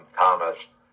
Thomas